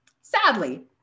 Sadly